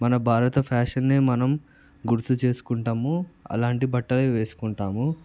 మన భారత ఫ్యాషన్నే మనం గుర్తు చేసుకుంటాము అలాంటి బట్టలే వేసుకుంటాము